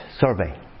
survey